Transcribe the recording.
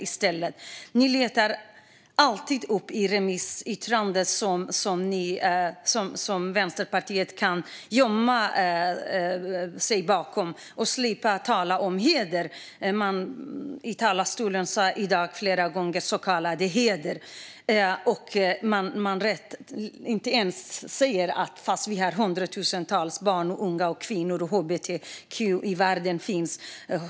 Vänsterpartiet letar alltid upp remissyttranden som ni kan gömma er bakom för att slippa tala om heder. I talarstolen i dag sa ledamoten flera gånger "den så kallade hedern". Ni säger det inte ens, trots att det drabbar hundratusentals barn, unga, kvinnor och hbtq-personer i världen.